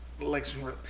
election